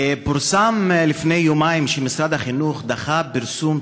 פורסם לפני יומיים שמשרד החינוך דחה בשבועיים את